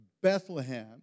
Bethlehem